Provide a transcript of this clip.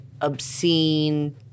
obscene